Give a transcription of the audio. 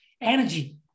energy